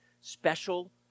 Special